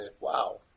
Wow